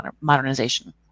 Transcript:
modernization